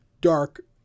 dark